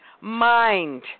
mind